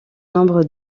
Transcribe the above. nombre